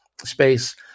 space